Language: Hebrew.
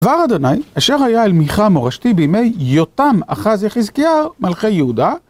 דבר ה', אשר היה אל מיכה המורשתי בימי יותם, אחז וחזקיה, מלכי יהודה.